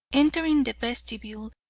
entering the vestibule,